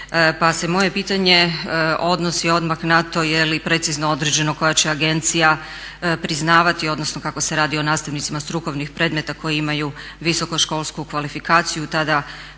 moje pitanje odnosi odmah na to je li precizno određeno koja će agencija priznavati, odnosno kako se radi o nastavnicima strukovnih predmeta koji imaju visoko školsku kvalifikaciju tada